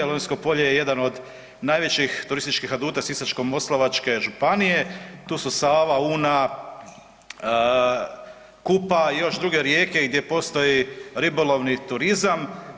Lonjsko polje je jedno od najvećih turističkih aduta Sisačko-moslavačke županije, tu su Sava, Una, Kupa i još druge rijeke gdje postoji ribolovni turizam.